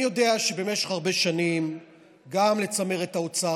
אני יודע שבמשך הרבה שנים גם לצמרת האוצר